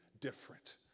different